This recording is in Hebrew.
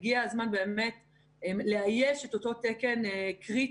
הגיע הזמן לאייש את אותו תקן קריטי